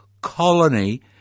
colony